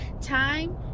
time